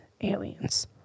aliens